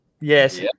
Yes